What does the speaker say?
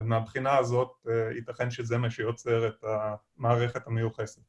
‫ומבחינה הזאת ייתכן שזה מה ‫שיוצר את המערכת המיוחסת.